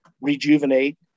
rejuvenate